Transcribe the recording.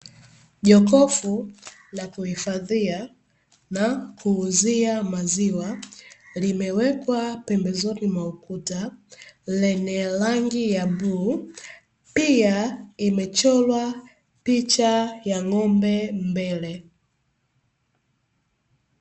Jokofu la kuihifadhia na kuuzia maziwa limewekwa pembezoni mwa ukuta, lenye rangi ya blue. Pia, imechorwa picha ya ng'ombe mbele.